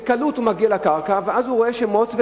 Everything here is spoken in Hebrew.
בקלות הוא מגיע לקרקע ואז הוא רואה שמות.